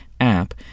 app